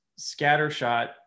scattershot